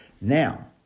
Now